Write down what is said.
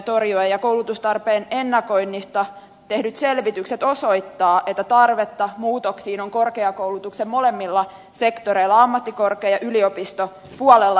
koulutustarpeen ennakoinnista tehdyt selvitykset osoittavat että tarvetta muutoksiin on korkeakoulutuksen molemmilla sektoreilla ammattikorkea ja yliopistopuolella